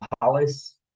Palace